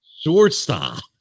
Shortstop